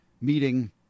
meeting